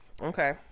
okay